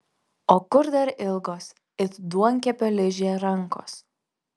o kur dar ilgos it duonkepio ližė rankos